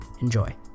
Enjoy